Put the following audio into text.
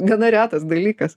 gana retas dalykas